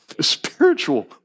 Spiritual